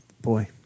Boy